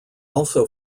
also